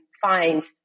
find